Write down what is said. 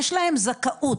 יש להם זכאות,